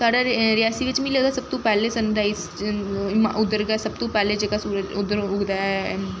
साढ़े रि रियासी बिच्च मी लगदा सब तों पैह्लें सन राईज उद्धर गै सब तों पैह्लें जेह्का सूरज उद्धर उगदा ऐ